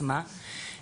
כבר לא נמצאת,